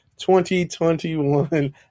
2021